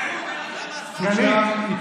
גלית, את